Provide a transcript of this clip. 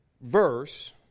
verse